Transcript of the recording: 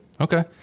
Okay